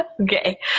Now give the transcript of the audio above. Okay